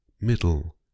middle